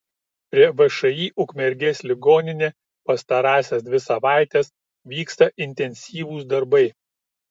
prie všį ukmergės ligoninė pastarąsias dvi savaites vyksta intensyvūs darbai